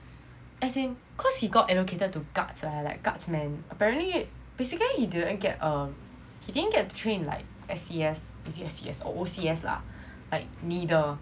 as in cause he got allocated to got guards leh like guardsmen apparently basically he didn't get err he didn't get to train like S_C_S is it S_C_S or O_C_S lah like neither